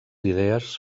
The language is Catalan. idees